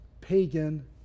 pagan